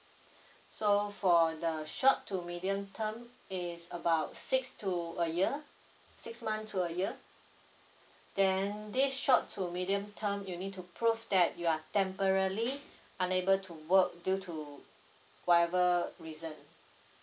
so for the short to medium term is about six to a year six month to a year then this short to medium term you need to prove that you are temporary unable to work due to whatever reason